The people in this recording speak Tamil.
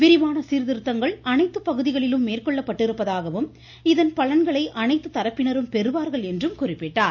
விரிவான சீர்திருத்தங்கள் அனைத்து பகுதிகளிலும் மேற்கொள்ளப்பட்டிருப்பதாகவும் இதன் பலன்களை அனைத்து தரப்பினரும் பெறுவார்கள் என்றும் குறிப்பிட்டார்